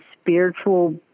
spiritual